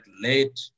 late